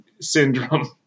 Syndrome